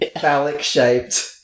phallic-shaped